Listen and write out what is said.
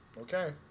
Okay